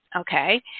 Okay